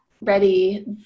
ready